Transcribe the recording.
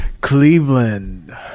Cleveland